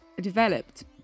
developed